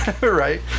Right